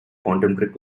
contemporary